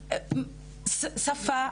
שפה,